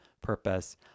purpose